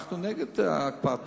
אנחנו נגד הקפאת